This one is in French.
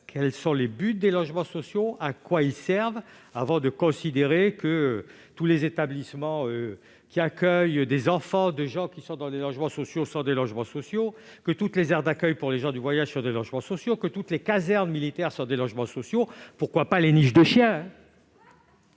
quels sont ses buts, à quoi il sert, avant de considérer que tous les établissements qui accueillent des enfants de gens qui sont dans les logements sociaux sont eux-mêmes des logements sociaux, que toutes les aires d'accueil pour les gens du voyage sont des logements sociaux, que toutes les casernes militaires sont des logements sociaux. Et pourquoi pas les niches des chiens ?